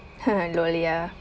LOL ya